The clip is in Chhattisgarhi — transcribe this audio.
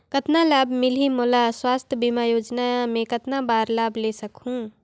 कतना लाभ मिलही मोला? स्वास्थ बीमा योजना मे कतना बार लाभ ले सकहूँ?